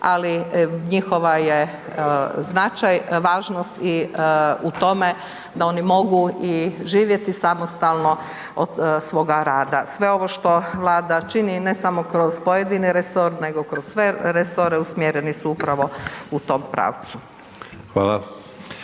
ali njihova je značaj, važnost i u tome da oni mogu živjeti samostalno od svoga rada. Sve ovo što vlada čini ne samo kroz pojedini resor nego kroz sve resore usmjereni su upravo u tom pravcu.